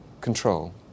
control